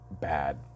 bad